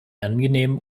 angenehmen